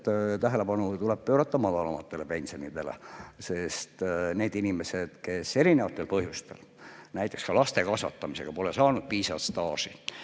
et tähelepanu tuleb pöörata madalamatele pensionidele. On inimesi, kes erinevatel põhjustel, näiteks ka laste kasvatamise tõttu, pole saanud piisavalt staaži